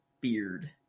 beard